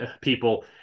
people